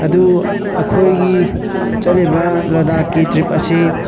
ꯑꯗꯨ ꯑꯩꯈꯣꯏꯒꯤ ꯆꯠꯂꯤꯕ ꯂꯗꯥꯛꯀꯤ ꯇ꯭ꯔꯤꯞ ꯑꯁꯤ